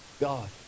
God